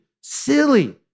Silly